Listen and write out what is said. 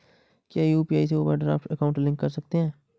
क्या यू.पी.आई से overdraft account link कर सकते हैं?